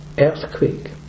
earthquake